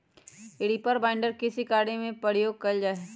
reaper binder कृषि कार्य में प्रयोग कइल जा हई